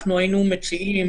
היינו מציעים